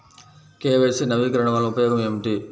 KYC నవీకరణ వలన ఉపయోగం ఏమిటీ?